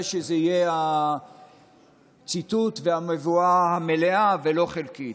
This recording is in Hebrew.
שזה יהיה הציטוט והמבואה המלאה ולא חלקית.